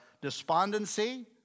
despondency